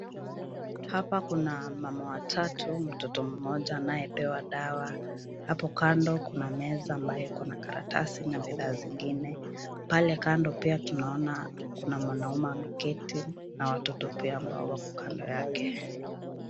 Hapa kuna mama watatu, mtoto mmoja anaye pewa dawa. Hapo kando kuna meza ambayo iko na karatasi na bidhaa zingine. Pale kando pia tunaona kuna mwanamume ameketi na watoto pia ambao wako kando yake.